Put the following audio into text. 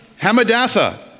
Hamadatha